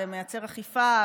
זה מייצר אכיפה,